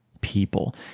people